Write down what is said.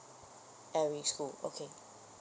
every school okay